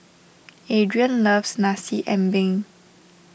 Adrian loves Nasi Ambeng